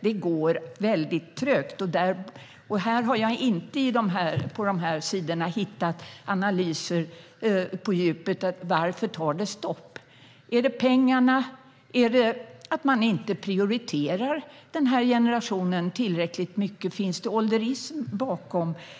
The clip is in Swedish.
Det går trögt. Jag har inte på dessa sidor hittat djupgående analyser av varför det tar stopp. Är det pengarna? Är det att den här generationen inte prioriteras tillräckligt mycket? Finns ålderism bakom?